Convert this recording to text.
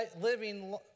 living